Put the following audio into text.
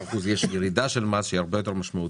ב-15% יש ירידה של מס שהיא הרבה יותר משמעותית,